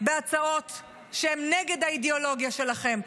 בהצעות שהן נגד האידיאולוגיה שלכם,